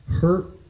hurt